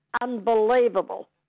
unbelievable